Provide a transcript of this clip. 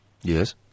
Yes